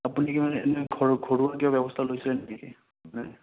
আপুনি কি মানে এনে ঘৰ ঘৰুৱা কিবা ব্যৱস্থা লৈছে নেকি মানে